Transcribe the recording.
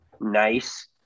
Nice